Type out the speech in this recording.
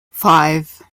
five